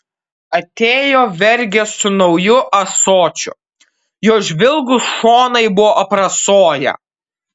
atėjo vergė su nauju ąsočiu jo žvilgūs šonai buvo aprasoję